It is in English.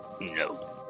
No